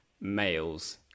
males